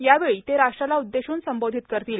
यावेळी ते राष्ट्राला उद्देशून संबोधित करतील